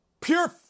Pure